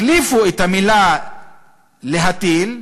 החליפו את המילה "להטיל"